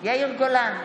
יאיר גולן,